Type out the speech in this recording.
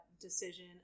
decision